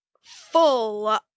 full